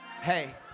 Hey